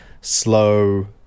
slow